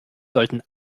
sollten